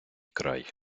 край